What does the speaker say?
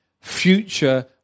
future